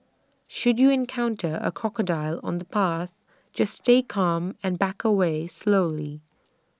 should you encounter A crocodile on the path just stay calm and back away slowly